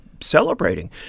celebrating